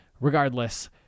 regardless